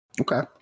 Okay